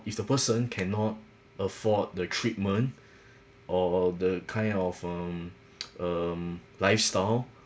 if the person cannot afford the treatment or the kind of um um lifestyle